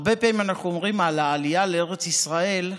הרבה פעמים אנחנו אומרים על העלייה לארץ ישראל,